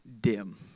dim